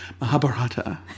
Mahabharata